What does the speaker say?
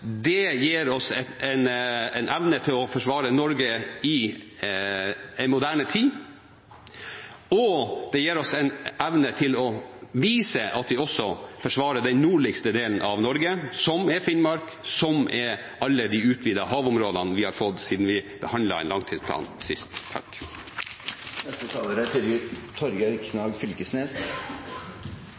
gir oss en evne til å forsvare Norge i en moderne tid, og det gir oss en evne til å vise at vi også forsvarer den nordligste delen av Norge, som er Finnmark, og alle de utvidede havområdene vi har fått siden vi behandlet en langtidsplan sist.